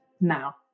now